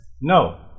No